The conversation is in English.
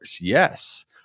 Yes